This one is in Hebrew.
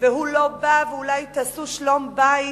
ו"הוא לא בא", ו"אולי תעשו שלום-בית",